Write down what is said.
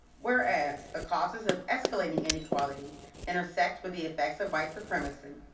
whereas the causes of escalating inequality intersect with the affects of white supremacy.